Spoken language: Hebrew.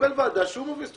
שהוא מוביל.